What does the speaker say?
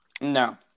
No